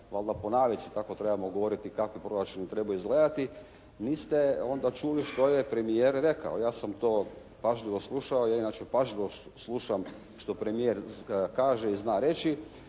valja ponavljati kako trebamo govoriti kako bi proračun trebao izgledati, niste onda čuli što je premijer rekao. Ja sam to pažljivo slušao, ja inače pažljivo slušam što premijer kaže i zna reći.